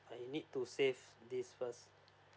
I need to save this first